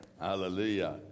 hallelujah